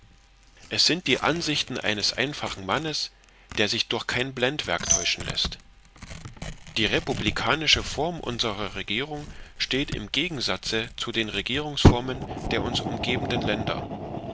es sind die ansichten eines einfachen mannes der sich durch kein blendwerk täuschen läßt die republikanische form unserer regierung steht im gegensatze zu den regierungsformen der uns umgebenden länder